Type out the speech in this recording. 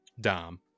Dom